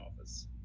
office